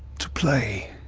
to play.